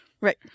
Right